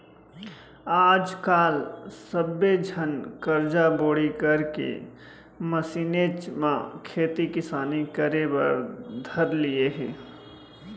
आज काल सब्बे झन करजा बोड़ी करके मसीनेच म खेती किसानी करे बर धर लिये हें